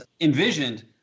envisioned